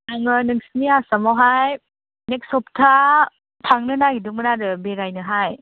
आङो नोंसिनि आसामावहाय नेक्स्ट हफ्था थांनो नागिरदोंमोन आरो बेरायानोहाय